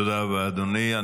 תודה רבה, אדוני.